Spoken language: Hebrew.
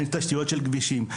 אין תשתיות של כבישים.